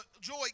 joy